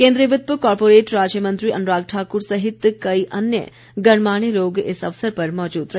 केन्द्रीय वित्त व कॉरपोरेट राज्य मंत्री अनुराग ठाकुर सहित कई अन्य गणमान्य लोग इस अवसर पर मौजूद रहे